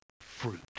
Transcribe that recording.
fruit